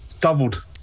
doubled